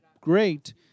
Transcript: great